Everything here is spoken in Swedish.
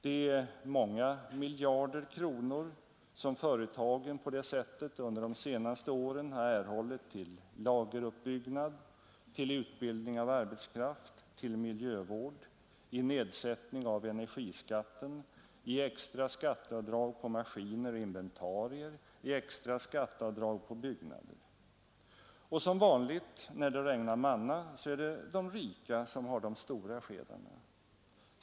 Det är många miljarder kronor som företagen på det sättet under de senaste åren har erhållit till lageruppbyggnad, till utbildning av arbetskraft, till miljövård, i nedsättning av energiskatten, i extra skatteavdrag på maskiner och inventarier, i extra skatteavdrag på byggnader. Och som vanligt när det regnar manna så är det de rika som har de stora skedarna.